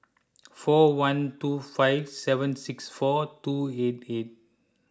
four one two five seven six four two eight eight